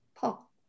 Paul